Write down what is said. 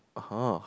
(uh huh)